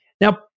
now